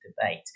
debate